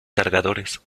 cargadores